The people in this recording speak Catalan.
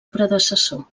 predecessor